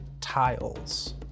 tiles